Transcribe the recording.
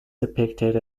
depicted